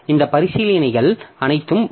இந்த பரிசீலனைகள் அனைத்தும் வரும்